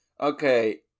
Okay